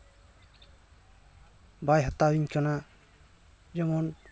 ᱵᱟᱭ ᱦᱟᱛᱟᱣᱤᱧ ᱠᱟᱱᱟ ᱡᱮᱢᱚᱱ